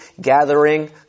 gathering